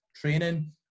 training